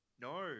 No